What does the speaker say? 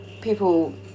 people